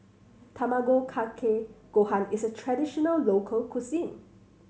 Tamago Kake Gohan is a traditional local cuisine